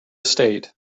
estate